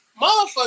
motherfucker